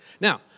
Now